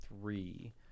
three